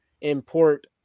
import